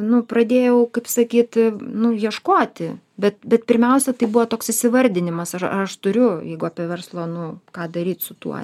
nu pradėjau kaip sakyti nu ieškoti bet bet pirmiausia tai buvo toks įsivardinimas ar ar aš turiu jeigu apie verslą nu ką daryt su tuo